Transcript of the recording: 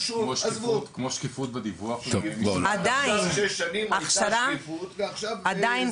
כמו שקיפות בדיווח ------ שקיפות ועכשיו --- עדיין